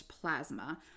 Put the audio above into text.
plasma